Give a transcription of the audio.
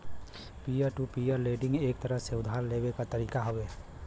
peer to peer lending एक तरह से उधार लेवे क तरीका हउवे